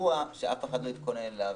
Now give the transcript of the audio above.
אירוע שאף אחד לא התכונן לו,